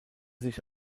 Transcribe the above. sich